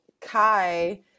Kai